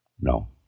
No